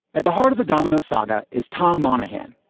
at the heart of the domino saga is tom monahan,